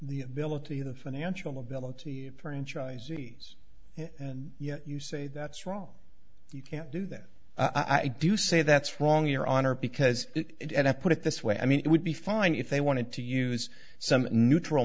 the ability of the financial ability for inches ease and yet you say that's wrong you can't do that i do say that's wrong your honor because it and i put it this way i mean it would be fine if they wanted to use some neutral